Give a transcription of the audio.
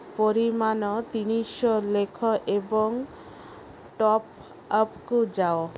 ପରିମାଣ ତିନିଶହ ଲେଖ ଏବଂ ଟପ ଆପ୍କୁ ଯାଅ